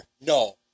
no